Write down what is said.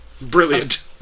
Brilliant